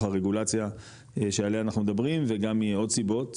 הרגולציה שעליה אנחנו מדברים וגם מעוד סיבות,